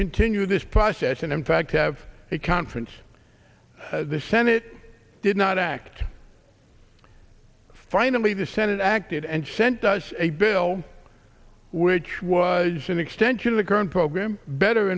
continue this process and in fact have a conference the senate did not act finally the senate acted and sent us a bill which was an extension of the current program better